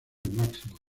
máximos